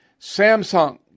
Samsung